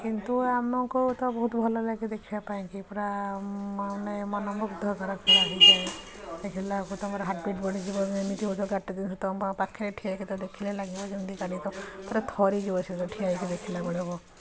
କିନ୍ତୁ ଆମକୁ ତ ବହୁତ ଭଲ ଲାଗେ ଦେଖିବା ପାଇଁ କି ପୁରା ମାନେ ମନମୁଗ୍ଧ କର ଖେଳ ହେଇଯାଏ ଦେଖିଲା ବେଳକୁ ତୁମର ହାର୍ଟ ବିଟ୍ ବଢ଼ିଯିବ ଯେମତି ପାଖରେ ଠିଆ ହେଇକି ତ ଦେଖିଲେ ଲାଗିବ ଯେମତି ପୁରା ଥରିଯିବା ସେଗୁଡା ଠିଆ ହେଇକି ଦେଖିଲା ବେଳକୁ